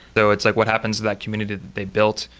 though it's like, what happens to that community that they built?